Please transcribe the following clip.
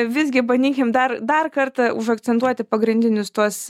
visgi bandykim dar dar kartą užakcentuoti pagrindinius tuos